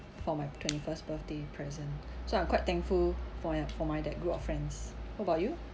for my twenty first birthday present so I'm quite thankful for ya for my that group of friends what about you